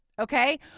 Okay